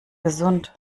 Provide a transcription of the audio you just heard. gesund